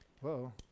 Whoa